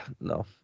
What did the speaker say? no